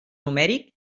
numèric